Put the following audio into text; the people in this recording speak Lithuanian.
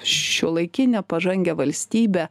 šiuolaikinę pažangią valstybę